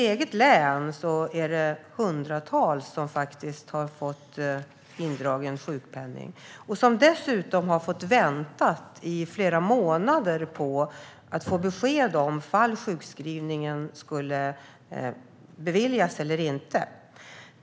I mitt hemlän är det hundratals som har fått indragen sjukpenning efter att dessutom ha fått vänta i flera månader på besked om sjukpenning beviljas eller inte.